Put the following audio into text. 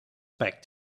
packed